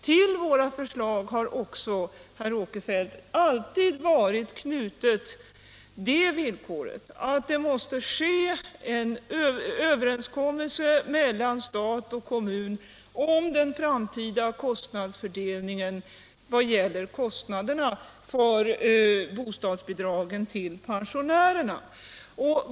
Till våra förslag har också, herr Åkerfeldt, alltid varit knutet det villkoret att det måste ske en överenskommelse mellan stat och kommun om den framtida fördelningen av kostnaderna för bostadsbidragen till pensionärerna.